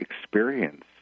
experience